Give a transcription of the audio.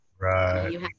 Right